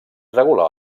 regular